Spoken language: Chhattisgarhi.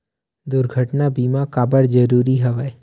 दुर्घटना बीमा काबर जरूरी हवय?